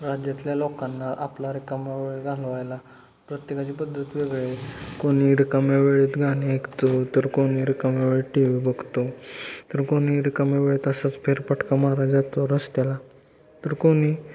राज्यातल्या लोकांना आपला रिकाम्या वेळ घालवायला प्रत्येकाची पद्धत वेगळी आहे कोणी रिकाम्या वेळेत गाणे ऐकतो तर कोणी रिकाम्या वेळेत टी व्ही बघतो तर कोणी रिकाम्या वेळेत असंच फेरफटका मारायला जातो रस्त्याला तर कोणी